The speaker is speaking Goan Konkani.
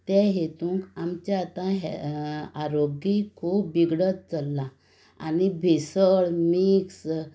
तें हेतूंक आमचें आतां हें आरोग्गी खूब बिगडत चल्लां आनी भिसळ मिक्स